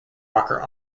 rocker